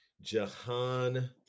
Jahan